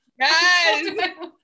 yes